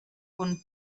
con